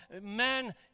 man